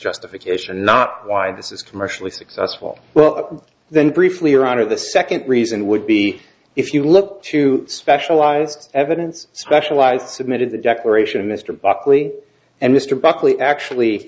justification not why this is commercially successful well then briefly or out of the second reason would be if you look to specialized evidence specialized submitted the declaration of mr buckley and mr buckley actually